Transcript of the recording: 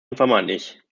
unvermeidlich